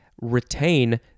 Retain